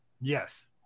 Yes